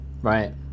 right